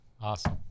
Awesome